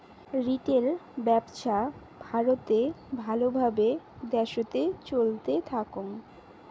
retail ব্যপছা ভারতে ভাল ভাবে দ্যাশোতে চলতে থাকং